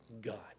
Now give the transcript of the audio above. God